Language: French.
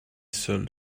seule